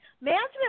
Management